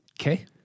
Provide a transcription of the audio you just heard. Okay